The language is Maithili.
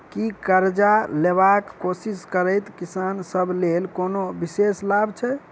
की करजा लेबाक कोशिश करैत किसान सब लेल कोनो विशेष लाभ छै?